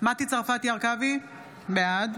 מטי צרפתי הרכבי, בעד